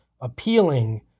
appealing